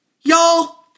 Y'all